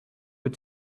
but